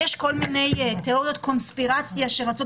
יש כל מיני תיאוריות קונספירציה שרצות